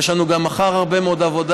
יש לנו גם מחר הרבה מאוד עבודה.